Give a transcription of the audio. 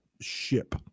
ship